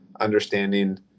understanding